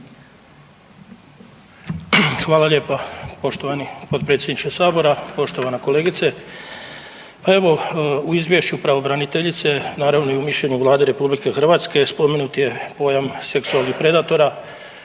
Hvala lijepa poštovani potpredsjedniče Sabora. Poštovana kolegice pa evo u Izvješću pravobraniteljice naravno i u mišljenju Vlade Republike Hrvatske spomenut je pojam seksualnih predatora